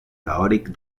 teòric